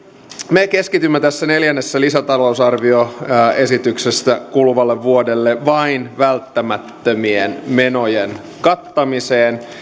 me keskitymme tässä neljännessä lisätalousarvioesityksessä kuluvalle vuodelle vain välttämättömien menojen kattamiseen